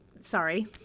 Sorry